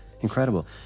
incredible